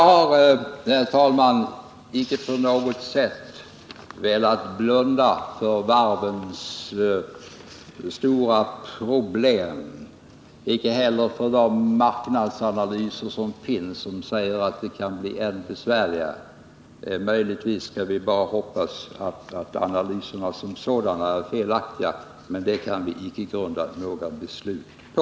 Herr talman! Jag har icke på något sätt velat blunda för varvens stora problem, icke heller för de marknadsanalyser som finns och som säger att det kan bli än besvärligare. Möjligtvis kan vi hoppas att analyserna som sådana är felaktiga, men det kan vi inte grunda några beslut på.